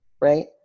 Right